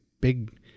big